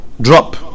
Drop